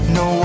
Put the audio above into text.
no